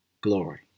glory